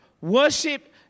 Worship